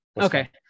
okay